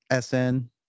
SN